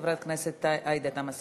חברת הכנסת עאידה תומא סלימאן.